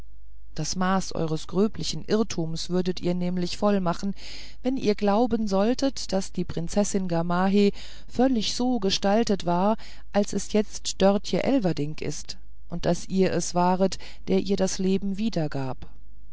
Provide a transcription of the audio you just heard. das maß eures gröblichen irrtums würdet ihr nämlich vollmachen wenn ihr glauben solltet daß die prinzessin gamaheh völlig so gestaltet war als es jetzt dörtje elverdink ist und daß ihr es waret der ihr das leben wiedergab